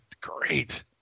Great